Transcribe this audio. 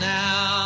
now